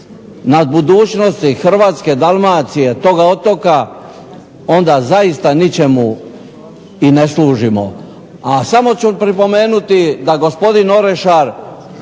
nad budućnosti Hrvatske, Dalmacije, toga otoka onda zaista ničemu i ne služimo. A samo ću pripomenuti da gospodin Orešar